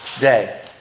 day